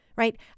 Right